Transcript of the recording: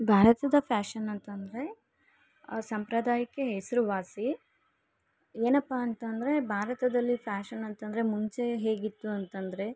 ಭಾರತದ ಫ್ಯಾಷನ್ ಅಂತಂದರೆ ಸಂಪ್ರದಾಯಕ್ಕೆ ಹೆಸರುವಾಸಿ ಏನಪ್ಪಾ ಅಂತಂದರೆ ಭಾರತದಲ್ಲಿ ಫ್ಯಾಷನ್ ಅಂತಂದರೆ ಮುಂಚೇ ಹೇಗಿತ್ತು ಅಂತಂದರೆ